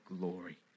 glory